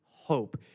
hope